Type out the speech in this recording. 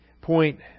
Point